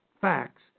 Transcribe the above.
facts